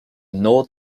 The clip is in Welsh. nod